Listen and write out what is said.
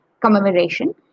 commemoration